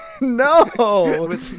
No